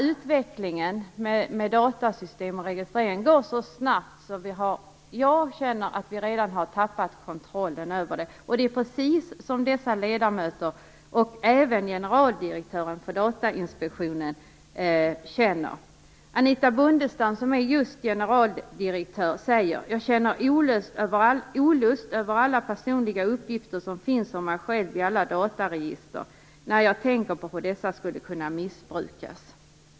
Utvecklingen med datasystem och registrering går så snabbt att jag känner att vi redan har tappat kontrollen över den. Och det är precis så dessa ledamöter och även generaldirektören för Datainspektionen känner. Anita Bondestam har sagt att hon känner olust över alla personliga uppgifter som finns om henne själv i alla dataregister, när hon tänker på hur dessa skulle kunna missbrukas.